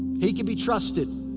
he can be trusted.